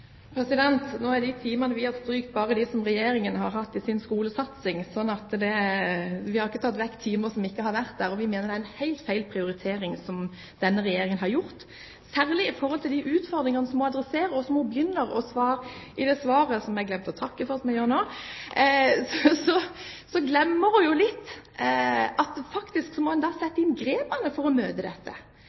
Nå er de timene vi har strøket, bare de som Regjeringen har hatt i sin skolesatsing, slik at vi ikke har tatt vekk timer som har vært der. Vi mener det er en helt feil prioritering denne regjeringen har gjort. Særlig i forhold til de utfordringene som statsråden adresserer, og som hun begynner med i det svaret som jeg glemte å takke for – som jeg gjør nå – glemmer hun litt at en faktisk da må sette inn grepene for å møte dette.